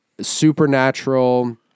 supernatural